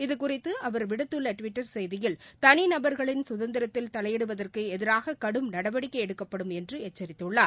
இதுகுறித்து அவர் விடுத்துள்ள டிவிட்டர் செய்தியில் தனிநபர்களின் கதந்திரத்தில் தலையிடுவதற்கு எதிராக கடும் நடவடிக்கை எடுக்கப்படும் என்று எச்சரித்துள்ளார்